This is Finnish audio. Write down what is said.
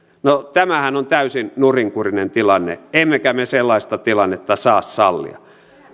no tämähän on täysin nurinkurinen tilanne emmekä me sellaista tilannetta saa sallia